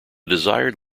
desired